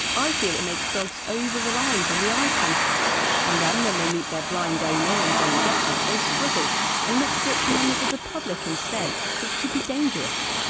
i feel it make dogs over-reliant on the eye contact and then when they meet their blind owner and don't get it, they struggle and look for it from members of the public instead which could be dangerous.